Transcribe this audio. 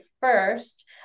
first